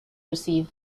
receive